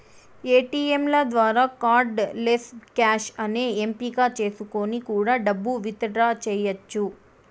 ఏటీయంల ద్వారా cardless cash అనే ఎంపిక చేసుకొని కూడా డబ్బు విత్ డ్రా చెయ్యచ్చు